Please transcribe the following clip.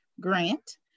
grant